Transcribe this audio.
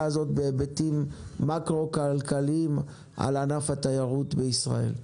הזאת בהיבטים מקרו-כלכליים על ענף התיירות בישראל,